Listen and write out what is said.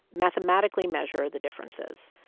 mathematically measure, the differences.